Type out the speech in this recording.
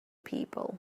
people